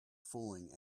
fooling